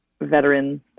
veteran